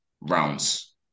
rounds